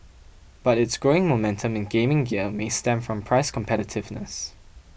but its growing momentum in gaming gear may stem from price competitiveness